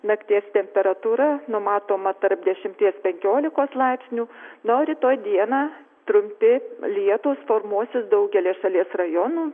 nakties temperatūra numatoma tarp dešimties penkiolikos laipsnių na o rytoj dieną trumpi lietūs formuosis daugelyje šalies rajonų